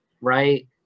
right